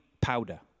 powder